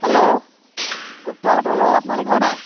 hello Gupta হোটেলৰ মালিক হয় নাই